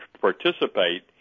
participate